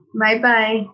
bye-bye